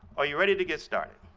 are you ready to get started?